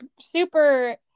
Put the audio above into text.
super